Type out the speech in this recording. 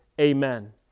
Amen